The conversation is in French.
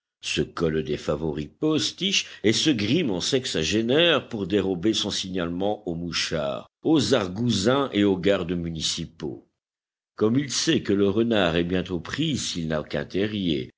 se colle des favoris postiches et se grime en sexagénaire pour dérober son signalement aux mouchards aux argousins et aux gardes municipaux comme il sait que le renard est bientôt pris s'il n'a qu'un terrier